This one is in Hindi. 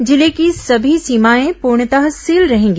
जिले की सभी सीमाएं पूर्णतः सील रहेंगी